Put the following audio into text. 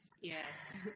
yes